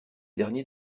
dernier